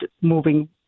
moving